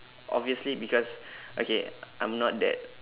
obviously because okay I'm not that